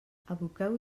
aboqueu